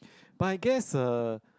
but I guess a